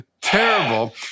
terrible